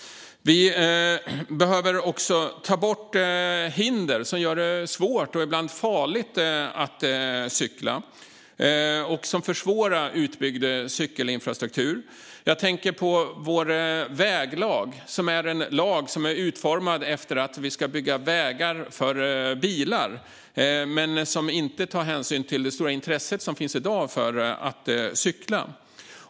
Vi behöver också ta bort hinder som gör det svårt och ibland farligt att cykla och som försvårar en utbyggnad av cykelinfrastruktur. Jag tänker på vår väglag, som är en lag som är utformad efter att vi ska bygga vägar för bilar men som inte tar hänsyn till det stora intresse som finns i dag för att cykla.